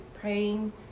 praying